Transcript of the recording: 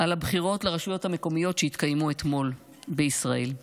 הבחירות לרשויות המקומיות שהתקיימו אתמול בישראל.